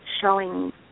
showing